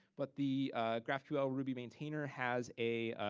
but the graphql ruby maintainer has a